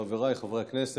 חבריי חברי הכנסת,